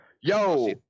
Yo